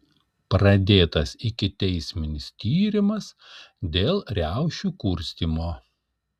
pradėtas ikiteisminis tyrimas dėl riaušių kurstymo